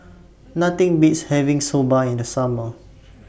Nothing Beats having Soba in The Summer